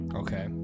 okay